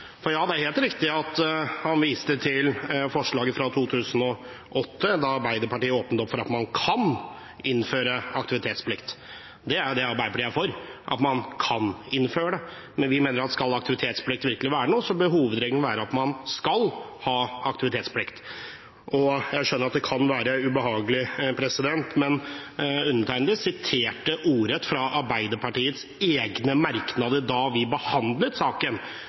forslaget fra 2008, da Arbeiderpartiet åpnet opp for at man kan innføre aktivitetsplikt. Det er det Arbeiderpartiet er for, at man kan innføre det. Men vi mener at skal aktivitetsplikt virkelig være noe, bør hovedregelen være at man skal ha aktivitetsplikt. Jeg skjønner at det kan være ubehagelig, men undertegnede siterte ordrett fra Arbeiderpartiets egne merknader da vi behandlet saken